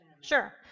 Sure